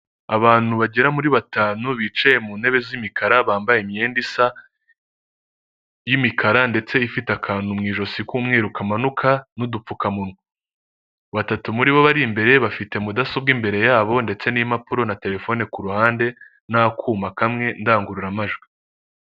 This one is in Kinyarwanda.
Abantu bagera muri batanu bicaye mu ntebe z'imikara, bambaye imyenda isa y'imikara, ndetse ifite akantu mu ijosi k'umweru kamanuka n’udupfukamunwa. Batatu muri bo bari imbere, bafite mudasobwa imbere yabo, ndetse n'impapuro na terefone kuruhande, n’akuma kamwe ndangururamajwi.